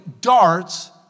darts